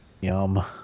yum